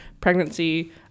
pregnancy